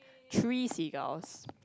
three seagulls